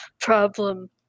problem